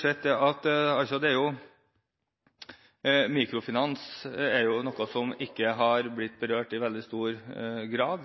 sett at mikrofinans er noe som ikke har blitt berørt i veldig stor grad.